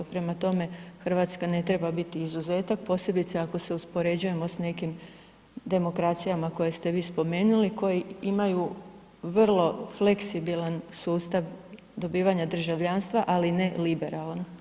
Prema tome Hrvatska ne treba biti izuzetak, posebice ako se uspoređujemo s nekim demokracijama koje ste vi spomenuli koji imaju vrlo fleksibilan sustav dobivanja državljanstva, ali ne liberalan.